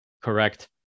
correct